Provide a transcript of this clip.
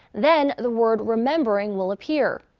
then, the word remembering will appear.